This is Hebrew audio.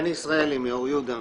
בני ישראלי מאור יהודה,